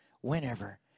whenever